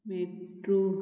metro